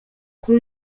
kuri